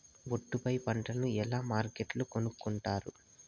ఒట్టు పై పంటను ఎలా మార్కెట్ కొనుక్కొంటారు?